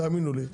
תאמינו לי,